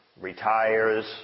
retires